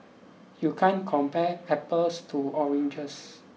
you can't compare apples to oranges